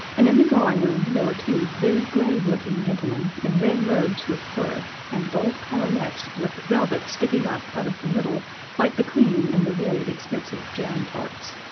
and in the drawing room there were two very grave-looking gentlemen in red robes with fur, and gold coronets with velvet sticking up out of the middle like the cream in the very expensive jam tarts.